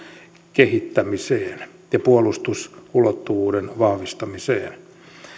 kehittämiseen ja puolustusulottuvuuden vahvistamiseen